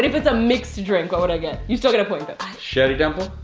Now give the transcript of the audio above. if it's a mixed drink what would i get? you still get a point though. shirley temple.